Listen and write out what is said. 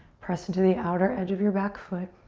press into the outer edge of your back foot.